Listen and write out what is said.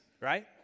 right